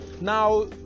Now